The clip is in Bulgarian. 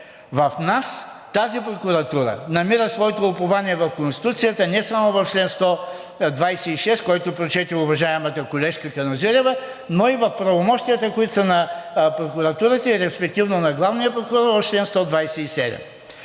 В нас тази прокуратура намира своето упование в Конституцията, не само в чл. 126, който прочете уважаемата колежка Каназирева, но и в правомощията, които са на прокуратурата и респективно на главния прокурор в чл. 127.